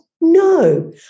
No